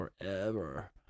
forever